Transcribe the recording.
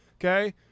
Okay